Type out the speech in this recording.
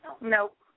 Nope